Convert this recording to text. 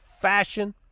fashion